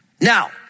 Now